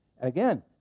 Again